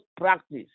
practice